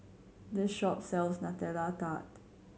this shop sells Nutella Tart